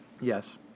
yes